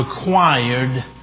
required